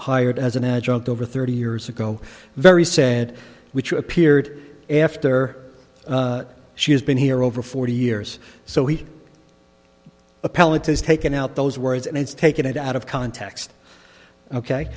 hired as an adjunct over thirty years ago very said which appeared after she has been here over forty years so he appellant has taken out those words and it's taken it out of context ok